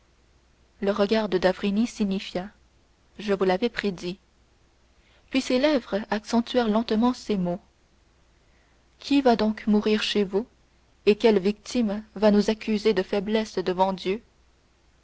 le regard de d'avrigny signifia je vous l'avais prédit puis ses lèvres accentuèrent lentement ces mots qui va donc mourir chez vous et quelle nouvelle victime va nous accuser de faiblesse devant dieu